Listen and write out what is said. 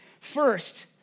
first